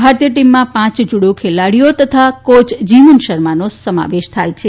ભારતીય ટીમમાં પાંચ જુડો ખેલાડીઓ તથા કોચ જીવન શર્માનો સમાવેશ થાય છે